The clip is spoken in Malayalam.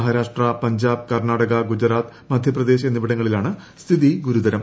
മഹാരാഷ്ട്ര പഞ്ചാബ് കർണ്ണാടക ഗുജറാത്ത് മധ്യപ്രദേശ് എന്നിവിടങ്ങളിലാണ് സ്ഥിതി ഗുരുതരം